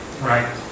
right